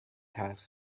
تلخ